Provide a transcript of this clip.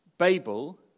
Babel